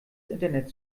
internet